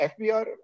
FBR